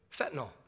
fentanyl